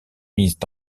mises